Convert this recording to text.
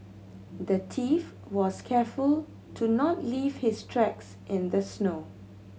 the thief was careful to not leave his tracks in the snow